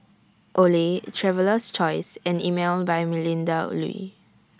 Olay Traveler's Choice and Emel By Melinda Looi